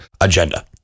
agenda